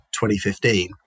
2015